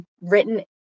written